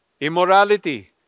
immorality